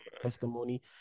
testimony